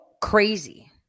crazy